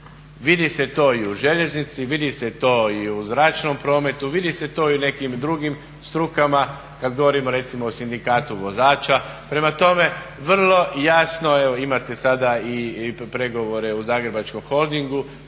Vidi se to i u željeznici, vidi se to i u zračnom prometu, vidi se to i u nekim drugim strukama, kada govorimo recimo o sindikatu vozača. Prema tome, vrlo jasno imate sada i pregovore u Zagrebačkom holdingu,